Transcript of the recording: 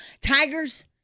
tigers